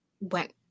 went